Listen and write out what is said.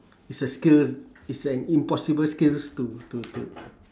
is a skills is an impossible skills to to to